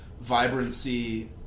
vibrancy